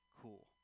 cool